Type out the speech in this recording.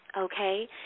okay